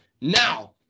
Now